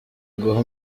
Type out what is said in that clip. guha